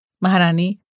Maharani